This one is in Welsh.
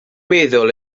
meddwl